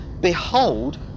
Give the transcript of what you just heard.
behold